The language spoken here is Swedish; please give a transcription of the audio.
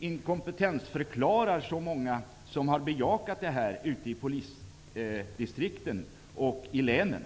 inkompetensförklarar så många som har bejakat detta ute i länen och polisdistrikten.